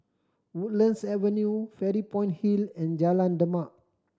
Woodlands Avenue Fairy Point Hill and Jalan Demak